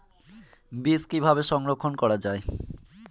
বীজ কিভাবে সংরক্ষণ করা যায়?